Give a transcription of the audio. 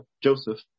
Joseph